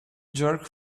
jerk